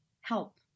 help